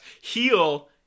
heal